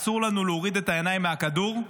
אסור לנו להוריד את העיניים מהכדור.